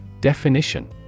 Definition